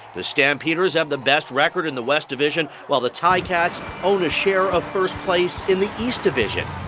the stampeders have the best record in the west division, while the ti-cats own a share of first place in the east division.